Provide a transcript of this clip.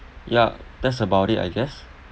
ya that's about it I guess